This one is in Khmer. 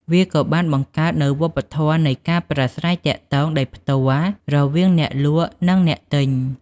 វាក៏បានបង្កើតនូវវប្បធម៌នៃការប្រាស្រ័យទាក់ទងដោយផ្ទាល់រវាងអ្នកលក់និងអ្នកទិញ។